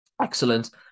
excellent